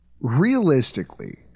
Realistically